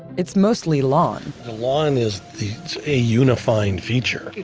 it's mostly lawn. the lawn is a unifying feature.